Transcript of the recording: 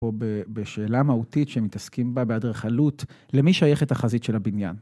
פה בשאלה מהותית שמתעסקים בה באדריכלות: למי שייכת את החזית של הבניין.